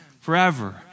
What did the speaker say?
forever